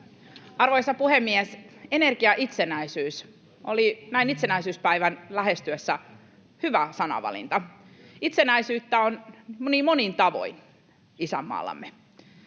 Arvoisa puhemies! ”Energiaitsenäisyys” oli näin itsenäisyyspäivän lähestyessä hyvä sanavalinta. Itsenäisyyttä on niin monin tavoin isänmaallamme.